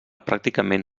pràcticament